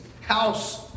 house